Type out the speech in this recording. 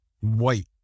White